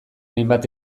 hainbat